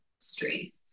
street